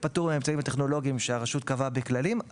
פטור מהאמצעים הטכנולוגיים שהרשות קבעה בכללים,